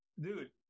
dude